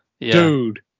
Dude